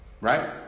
Right